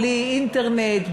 בלי אינטרנט,